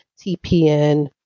TPN